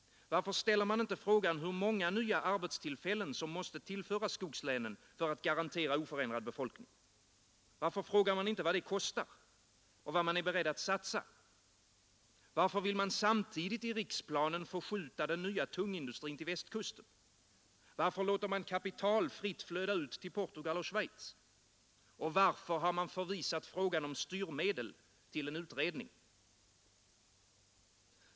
Varför ställer man inte frågan hur många nya arbetstillfällen som måste tillföras skogslänen för att garantera oförändrad befolkning? Varför frågar man inte vad det kostar? Och vad man är beredd att satsa? Varför vill man samtidigt i riksplanen förskjuta den nya tungindustrin till Västkusten? Varför låter man kapital fritt flöda ut till Portugal och Schweiz? Och varför har man förvisat frågan om styrmedel till en utredning?